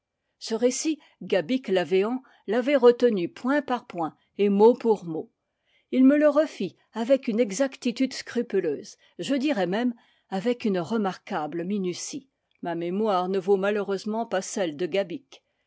ce récit gabic l'avéant l'avait retenu point par point et mot pour mot il me le refit avec une exactitude scrupuleuse je dirai même avec une remarquable minutie ma mémoire ne vaut malheureusement pas celle de gabic